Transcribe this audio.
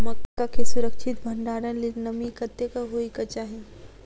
मक्का केँ सुरक्षित भण्डारण लेल नमी कतेक होइ कऽ चाहि?